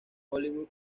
hollywood